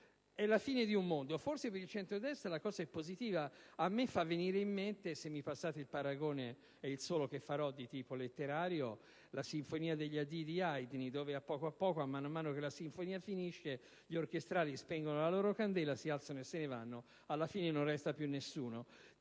È la fine di un mondo. Forse per il centrodestra è positivo; a me fa venire in mente - se mi passate il paragone, che è il solo di tipo letterario che farò - la Sinfonia degli addii di Haydn, dove man mano che la sinfonia finisce gli orchestrali spengono la loro candela, si alzano e se ne vanno. Alla fine non resta più nessuno.